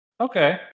Okay